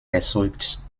erzeugt